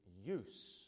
use